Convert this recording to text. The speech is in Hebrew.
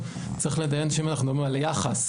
צריך להבין שאם אנחנו מדברים על יחס,